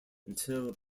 until